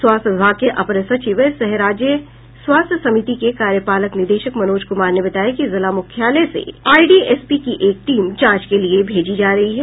स्वास्थ्य विभाग के अपर सचिव सह राज्य स्वास्थ्य समिति के कार्यपालक निदेशक मनोज कुमार ने बताया कि जिला मुख्यालय से आईडीएसपी की एक टीम जांच के लिये भेजी जा रही है